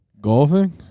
Golfing